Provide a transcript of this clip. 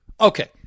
Okay